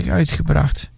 uitgebracht